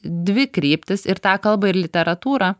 dvi kryptys ir tą kalbą ir literatūra